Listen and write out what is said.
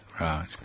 Right